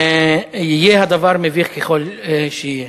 יהיה הדבר מביך ככל שיהיה.